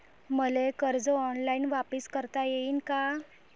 मले कर्ज ऑनलाईन वापिस करता येईन का?